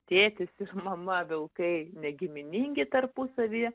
tėtis ir mama vilkai negiminingi tarpusavyje